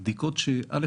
א',